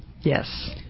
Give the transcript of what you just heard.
Yes